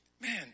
man